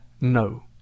no